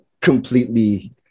completely